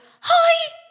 hi